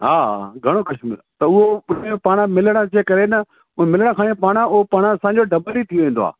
हा हा घणो कुझु त उहो पाण मिलण जे करे न उहो मिलण पाण असांजो डबल ई थी वेंदो आहे